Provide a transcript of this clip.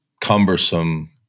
cumbersome